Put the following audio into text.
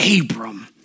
Abram